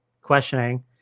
questioning